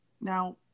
Now